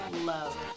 love